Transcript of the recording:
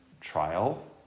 trial